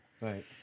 Right